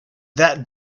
that